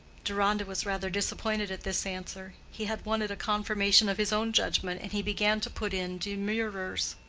deronda was rather disappointed at this answer he had wanted a confirmation of his own judgment, and he began to put in demurrers.